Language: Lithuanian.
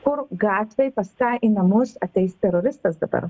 kur gatvėj pas ką į namus ateis teroristas dabar